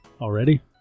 Already